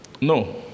No